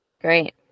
Great